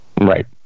Right